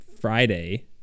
friday